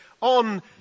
on